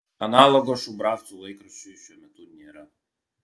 analogo šubravcų laikraščiui šiuo metu nėra